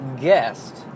guest